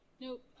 Nope